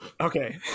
Okay